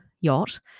yacht